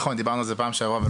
נכון, דיברנו על זה בפעם שעברה.